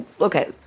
okay